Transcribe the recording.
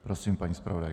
Prosím, paní zpravodajko.